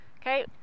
Okay